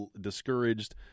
discouraged